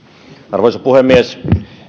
arvoisa puhemies